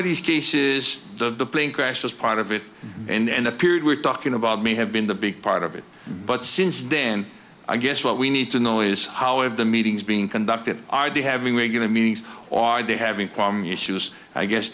of these cases the plane crash was part of it and the period we're talking about may have been the big part of it but since then i guess what we need to know is how of the meeting is being conducted are they having regular meetings or are they having kwame issues i guess